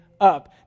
up